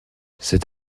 c’est